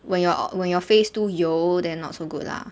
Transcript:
when your when your face to 油 then not so good lah